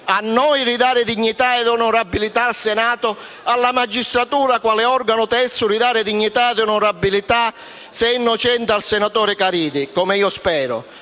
a noi ridare dignità e onorabilità al Senato, alla magistratura quale organo terzo a ridare dignità ed onorabilità, se innocente, al senatore Caridi, come io spero.